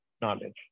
knowledge